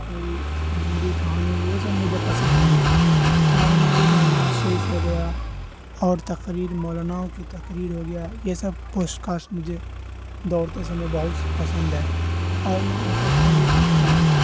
کوئی گندی کہانی وہ سب مجھے پسند نہیں ہے ہمارے نبی کا نعت شریف ہو گیا اور تقریر مولاناؤں کی تقریر ہو گیا یہ سب پوسٹ کاسٹ مجھے دوڑتے سمے بہس پسند ہے اور میں ان سب کو ہی سنتا ہوں